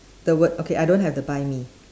the word okay I don't have the buy me